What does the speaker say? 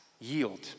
yield